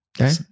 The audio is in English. Okay